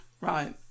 Right